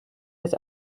his